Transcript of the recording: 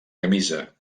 camisa